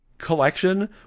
collection